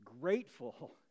grateful